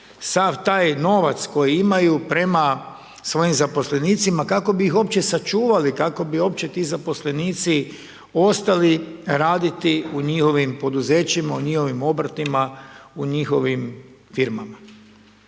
sav taj novac koji imaju prema svojim zaposlenicima kako bi ih uopće sačuvali, kako bi uopće ti zaposlenici ostali raditi u njihovim poduzećima, u njihovim obrtima, u njihovim firmama.